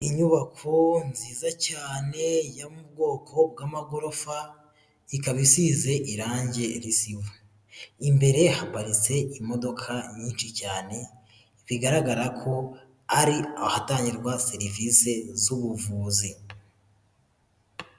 Inyubako nziza cyane yo mu bwoko bw'amagorofa, ikaba isize irangi rizima, imbere haparitse imodoka nyinshi cyane, bigaragara ko ari ahatangirwa serivise z'ubuvuzi.